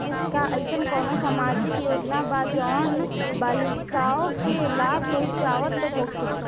का एइसन कौनो सामाजिक योजना बा जउन बालिकाओं के लाभ पहुँचावत होखे?